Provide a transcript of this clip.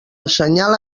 assenyala